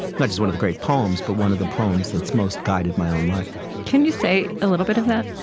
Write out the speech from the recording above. not just one of the great poems, but one of the poems that's most guided my own life can you say a little bit of that?